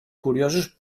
curiosos